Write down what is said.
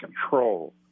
control